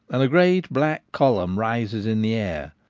and a great black column rises in the air.